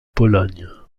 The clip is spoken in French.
pologne